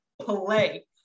play